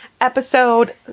episode